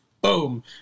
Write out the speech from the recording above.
boom